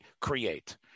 create